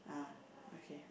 ah okay